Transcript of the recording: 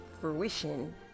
fruition